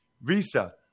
Visa